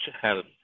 help